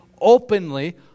openly